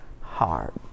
hard